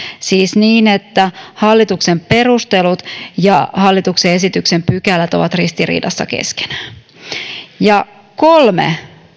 siis että hallituksen perustelut ja hallituksen esityksen pykälät ovat ristiriidassa keskenään kolme